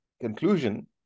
conclusion